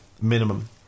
minimum